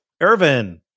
Irvin